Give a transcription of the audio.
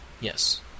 Yes